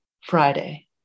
Friday